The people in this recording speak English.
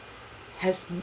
has